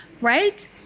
right